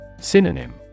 Synonym